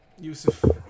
Yusuf